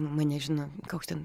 mane žino koks ten